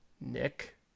Nick